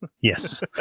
Yes